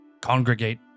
congregate